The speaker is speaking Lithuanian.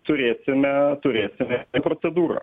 turėsime turėsime procedūrą